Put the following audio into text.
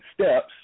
steps